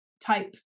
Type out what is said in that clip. type